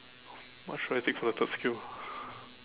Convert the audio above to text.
what should I take for the third skill